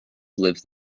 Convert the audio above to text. lived